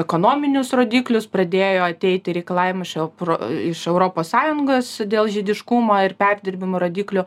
ekonominius rodiklius pradėjo ateiti reikalavimai iš eupro iš europos sąjungos dėl žiediškumo ir perdirbimo rodiklių